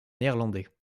néerlandais